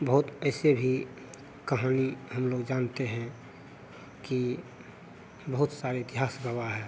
बहुत ऐसे भी कहानी हम लोग जानते हैं कि बहुत सारे इतिहास गवाह है